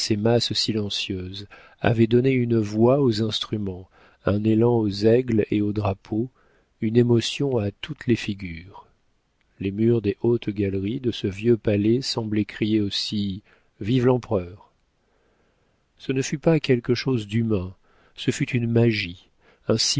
masses silencieuses avait donné une voix aux instruments un élan aux aigles et aux drapeaux une émotion à toutes les figures les murs des hautes galeries de ce vieux palais semblaient crier aussi vive l'empereur ce ne fut pas quelque chose d'humain ce fut une magie